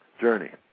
journey